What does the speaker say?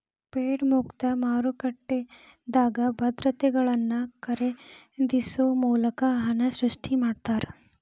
Fed ಮುಕ್ತ ಮಾರುಕಟ್ಟೆದಾಗ ಭದ್ರತೆಗಳನ್ನ ಖರೇದಿಸೊ ಮೂಲಕ ಹಣನ ಸೃಷ್ಟಿ ಮಾಡ್ತಾರಾ